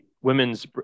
women's